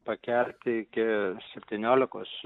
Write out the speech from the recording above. pakelti iki septyniolikos